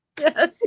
Yes